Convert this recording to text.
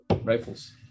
rifles